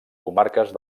comarques